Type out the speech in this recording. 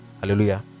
hallelujah